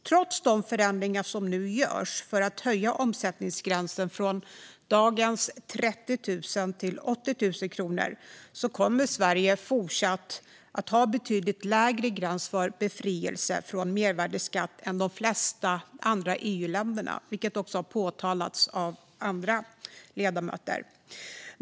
Trots de förändringar som nu görs för att höja omsättningsgränsen från dagens 30 000 till 80 000 kronor kommer Sverige fortsatt att ha betydligt lägre gräns för befrielse från mervärdesskatt än de flesta andra EU-länder, vilket även påpekats av andra ledamöter.